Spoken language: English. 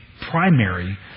primary